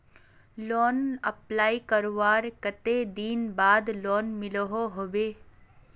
Loan apply करवार कते दिन बाद लोन मिलोहो होबे?